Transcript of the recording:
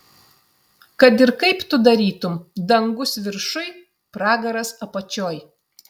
kad ir kaip tu darytum dangus viršuj pragaras apačioj